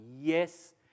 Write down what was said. yes